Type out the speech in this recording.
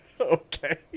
Okay